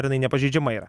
ar jinai nepažeidžiama yra